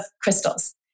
crystals